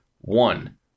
one